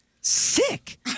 Sick